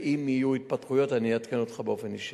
ואם יהיו התפתחויות אני אעדכן אותך באופן אישי.